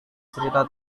cerita